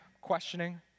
questioning